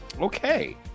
Okay